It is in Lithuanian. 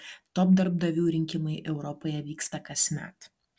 top darbdavių rinkimai europoje vyksta kasmet